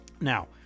now